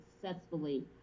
successfully